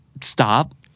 stop